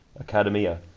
Academia